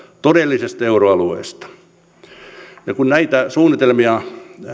todellisesta euroalueesta kun näitä suunnitelmia